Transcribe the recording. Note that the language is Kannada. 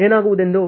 ಏನಾಗುವುದೆಂದು